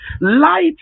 light